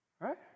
right